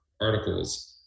articles